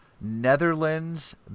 Netherlands